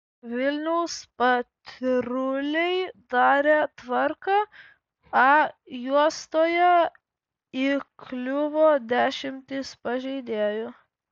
vilniaus patruliai darė tvarką a juostoje įkliuvo dešimtys pažeidėjų